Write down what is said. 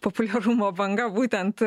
populiarumo banga būtent